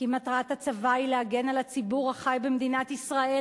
כי מטרת הצבא היא להגן על הציבור החי במדינת ישראל